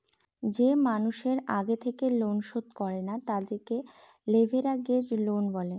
যে মানুষের আগে থেকে লোন শোধ করে না, তাদেরকে লেভেরাগেজ লোন বলে